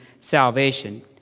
salvation